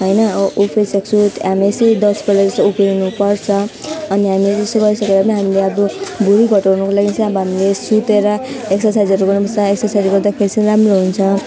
होइन उफ्रिसक्छु हामी यसै दस पल्ट जस्तो उफ्रिनु पर्छ अनि हामीले जस्तो गरिसकेर पनि हामीले अब भँडी घटाउनुको लागि चाहिँ अब हामीले सुतेर एक्सर्साइजहरू गर्नु पर्छ एक्सर्साइज गर्दाखेरि चाहिँ राम्रो हुन्छ